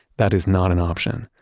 that is not an option.